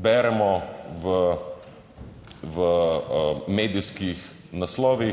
Beremo v medijskih naslovih,